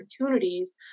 opportunities